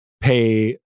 pay